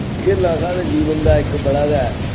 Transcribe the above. खेलना साढ़े जीवन दा इक बड़ा गै